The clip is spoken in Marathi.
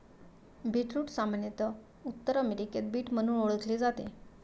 बीटरूट सामान्यत उत्तर अमेरिकेत बीट म्हणून ओळखले जाते